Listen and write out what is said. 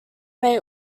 may